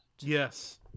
yes